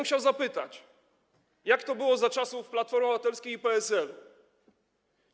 Chciałbym zapytać, jak to było za czasów Platformy Obywatelskiej i PSL-u.